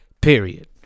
Period